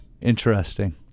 Interesting